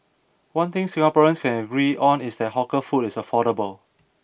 one thing Singaporeans can agree on is that hawker food is affordable